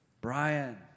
Brian